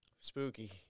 Spooky